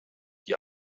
die